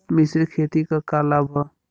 मिश्रित खेती क का लाभ ह?